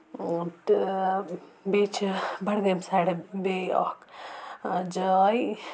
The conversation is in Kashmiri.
تہٕ بیٚیہِ چھِ بَڈگٲمۍ سایڈٕ بیٚیہِ اَکھ جاے